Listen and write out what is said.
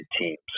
teams